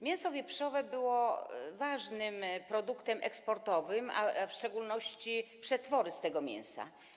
Mięso wieprzowe było ważnym produktem eksportowym, w szczególności przetwory z tego mięsa.